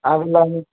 அதுவும் இல்லாமையே